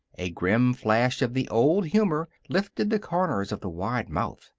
a grim flash of the old humor lifted the corners of the wide mouth.